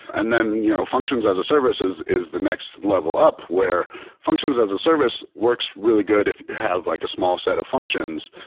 and then you know functions as a services is the next level up where functions as a service works really good if you have like a small set of functions.